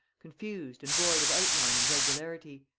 confused, and void of outline and regularity.